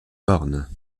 bornes